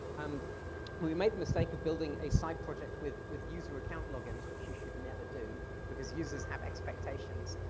um but we've made the mistake of building a side project with with user account logins, which you should never do because users have expectations.